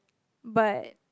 but